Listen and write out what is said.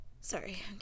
sorry